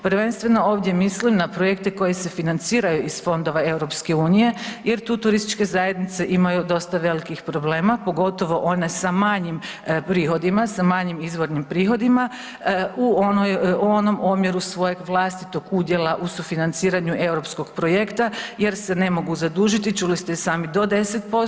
Prvenstveno ovdje mislim na projekte koji se financiraju iz fondova EU jer tu turističke zajednica imaju dosta velikih problema, pogotovo one sa manjim prihodima, sa manjim izvornim prihodima u onom omjeru svojeg vlastitog udjela u sufinanciranju europskog projekta jer se ne mogu zadužiti, čuli ste i sami do 10%